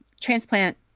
transplant